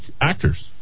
actors